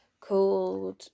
Called